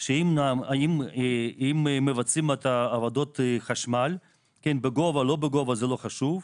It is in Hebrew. שאם מבצעים את עבודות החשמל בגובה או לא בגובה זה לא חשוב,